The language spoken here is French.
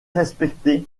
respecté